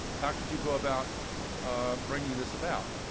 how could you go about bringing this about?